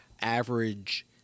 average